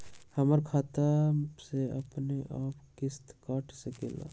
हमर खाता से अपनेआप किस्त काट सकेली?